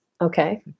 Okay